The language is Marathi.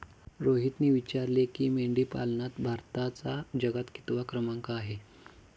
रोहितने विचारले की, मेंढीपालनात भारताचा जगात कितवा क्रमांक आहे?